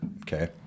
Okay